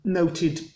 noted